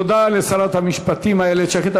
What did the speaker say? תודה לשרת המשפטים איילת שקד.